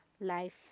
life